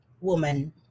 woman